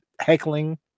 heckling